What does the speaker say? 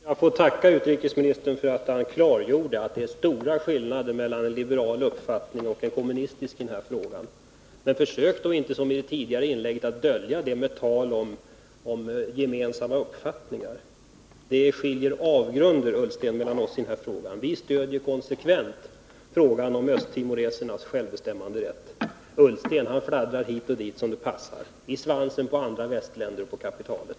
Herr talman! Jag får tacka utrikesministern för att han klargjorde att det är stora skillnader mellan en liberal uppfattning och en kommunistisk i den här frågan. Men försök då inte, som i det tidigare inlägget, att dölja det med tal om gemensamma uppfattningar! Det är avgrunder, Ola Ullsten, mellan oss i den här frågan. Vi stödjer konsekvent östtimorianernas självbestämmanderätt. Ola Ullsten fladdrar hit och dit som det passar, i svansen på andra västländer och på kapitalet.